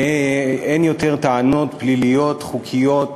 ואין יותר טענות פליליות, חוקיות,